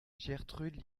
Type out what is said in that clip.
gertrude